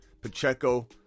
Pacheco